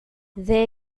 they